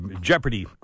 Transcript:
Jeopardy